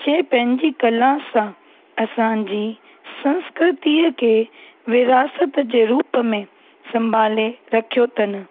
जंहिं पंहिंजी कला सां असांजी संस्कृतिअ खे विरासत जे रूप में संभाले रखियो अथनि